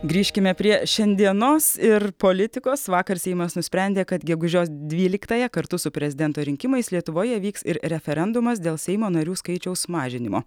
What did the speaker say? grįžkime prie šiandienos ir politikos vakar seimas nusprendė kad gegužios dvyliktąją kartu su prezidento rinkimais lietuvoje vyks ir referendumas dėl seimo narių skaičiaus mažinimo